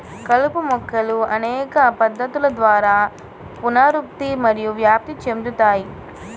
కలుపు మొక్కలు అనేక పద్ధతుల ద్వారా పునరుత్పత్తి మరియు వ్యాప్తి చెందుతాయి